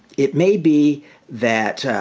it may be that,